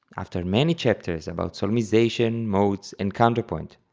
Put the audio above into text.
after many chapters about solmization, modes, and counterpoint,